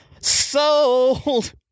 Sold